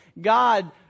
God